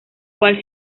cual